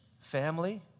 family